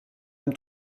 même